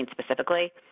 specifically